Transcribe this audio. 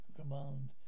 command